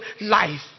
life